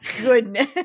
goodness